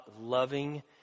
loving